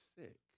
sick